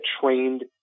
trained